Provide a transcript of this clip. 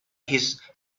his